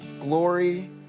glory